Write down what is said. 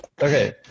Okay